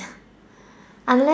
unless